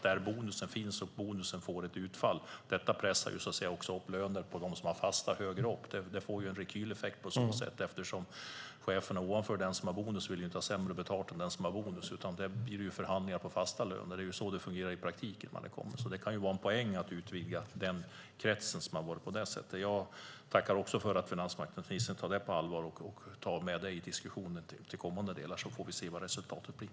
Där bonusen finns och får ett utfall pressar det också upp löner på dem som har fasta löner högre upp. Det får på så sätt en rekyleffekt. Chefen över den som har bonus vill ju inte ha sämre betalt än den som har bonus, utan det blir förhandlingar om fasta löner. Det är så det fungerar i praktiken. Det kan vara en poäng i att utvidga kretsen. Jag tackar också för att finansmarknadsministern tar det på allvar och tar med det i kommande diskussioner, så får vi se vad resultatet blir.